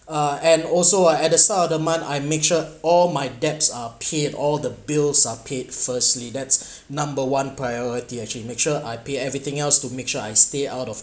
uh and also uh at the sort of a month I make sure all my debts are paid all the bills are paid firstly that's number one priority actually make sure I pay everything else to make sure I stay out of